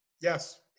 Yes